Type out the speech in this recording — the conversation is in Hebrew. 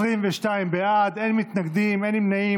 22 בעד, אין מתנגדים ואין נמנעים.